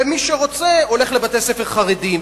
ומי שרוצה הולך לבתי-ספר חרדיים.